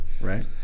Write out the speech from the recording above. Right